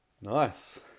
nice